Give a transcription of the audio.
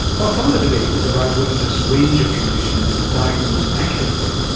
while some of the debate is around whether this range of conditions is diagnosed accurately,